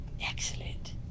Excellent